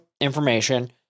information